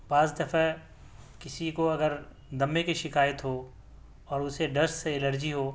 بعض دفعہ کسی کو اگر دمّے کی شکایت ہو اور اُسے ڈسٹ سے ایلرجی ہو